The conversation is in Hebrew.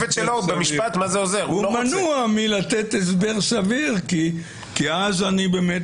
הוא מנוע מלתת הסבר סביר כי אז אני באמת